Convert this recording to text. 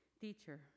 teacher